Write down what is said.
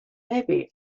maybe